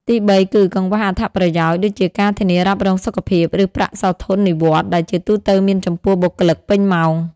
ទីបី គឺ កង្វះអត្ថប្រយោជន៍ ដូចជាការធានារ៉ាប់រងសុខភាព ឬប្រាក់សោធននិវត្តន៍ ដែលជាទូទៅមានចំពោះបុគ្គលិកពេញម៉ោង។